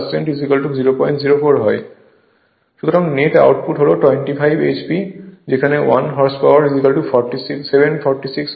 সুতরাং net output হল 25 hp যেখানে 1 হর্স পাওয়ার 746 ওয়াট